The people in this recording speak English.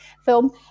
film